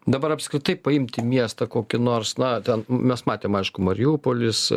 dabar apskritai paimti miestą kokį nors na ten mes matėm aišku mariupolis